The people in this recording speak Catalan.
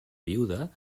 viuda